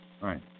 Right